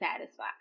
satisfied